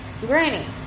Granny